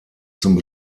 zum